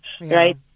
right